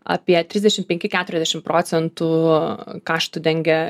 apie trisdešimt penki keturiasdešimt procentų kaštų dengia